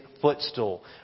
footstool